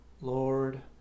Lord